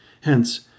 Hence